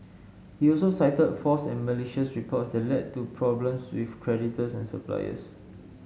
he also cited false and malicious reports that led to problems with creditors and suppliers